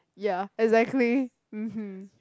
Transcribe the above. ya exactly mmhmm